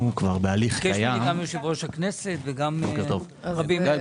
ביקש ממני גם יושב-ראש הכנסת וגם רבים אחרים.